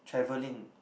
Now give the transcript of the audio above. travelling